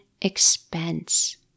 expense